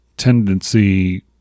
tendency